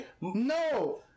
No